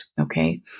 okay